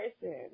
person